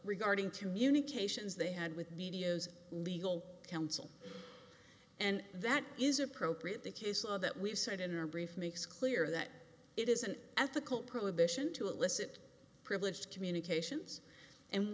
regarding to munich ations they had with media's legal counsel and that is appropriate the case of that we've said in our brief makes clear that it is an ethical prohibition to illicit privileged communications and